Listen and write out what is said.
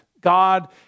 God